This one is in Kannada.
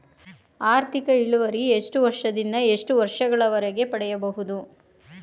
ಆರ್ಥಿಕ ಇಳುವರಿ ಎಷ್ಟು ವರ್ಷ ದಿಂದ ಎಷ್ಟು ವರ್ಷ ಗಳವರೆಗೆ ಪಡೆಯಬಹುದು?